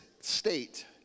state